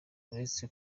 uretse